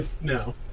No